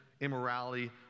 immorality